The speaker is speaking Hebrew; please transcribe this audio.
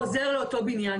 חוזר לאותו בניין.